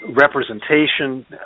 representation